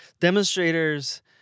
demonstrators